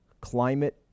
climate